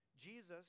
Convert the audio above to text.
Jesus